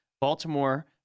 Baltimore